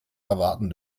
erwarten